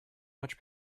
much